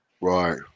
right